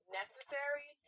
necessary